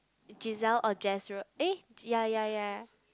Giselle or Jezreel eh ya ya ya